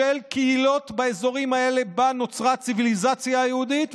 קהילות באזורים האלה שבהם נוצרה הציביליזציה היהודית,